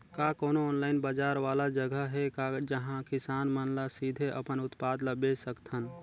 का कोनो ऑनलाइन बाजार वाला जगह हे का जहां किसान मन ल सीधे अपन उत्पाद ल बेच सकथन?